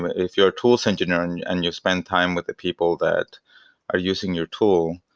if you're tools engineering and you spend time with the people that are using your tool,